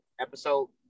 Episode